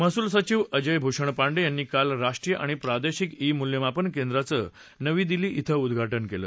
महसूल सचिव अजय भूषण पांडे यांनी काल राष्ट्रीय आणि प्रादेशिक ई मूल्यमापन केंद्राचं नवी दिल्ली क्षें उद्घाटन केलं